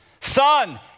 Son